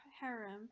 harem